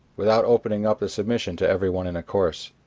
without opening up the submission to everyone in a course.